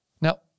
Now